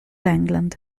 england